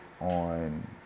on